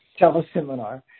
teleseminar